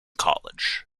college